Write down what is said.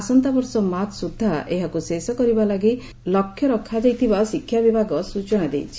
ଆସନ୍ତାବର୍ଷ ମାର୍ଚ୍ଚ ସୁଦ୍ଧା ଏହାକୁ ଶେଷ କରିବା ଲାଗି ଲକ୍ଷ୍ୟ ରଖାଯାଇଥିବା ଶିକ୍ଷା ବିଭାଗ ସ୍ଟଚନା ଦେଇଛି